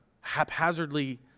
haphazardly